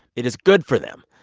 it is good for them,